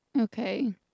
okay